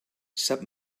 sap